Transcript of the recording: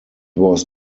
was